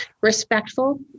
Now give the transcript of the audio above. Respectful